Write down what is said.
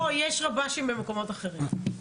לא, יש רב"שים במקומות אחרים.